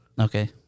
Okay